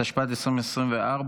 התשפ"ד 2024,